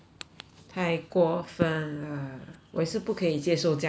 太过份了我也是不可以接受这样的人